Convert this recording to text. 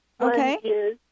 Okay